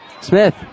Smith